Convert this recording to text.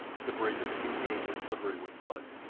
the bridge of the kincaid was slippery with blood.